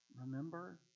Remember